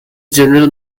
general